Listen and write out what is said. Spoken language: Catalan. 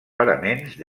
paraments